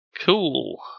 Cool